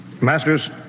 Masters